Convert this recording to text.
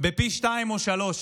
פי שניים או שלושה.